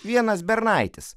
vienas bernaitis